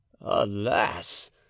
Alas